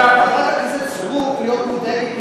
כדאי לחברת הכנסת סטרוק להיות מודאגת,